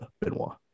Benoit